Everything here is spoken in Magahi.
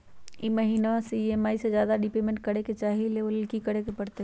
हम ई महिना में ई.एम.आई से ज्यादा रीपेमेंट करे के चाहईले ओ लेल की करे के परतई?